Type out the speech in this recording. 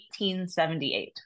1878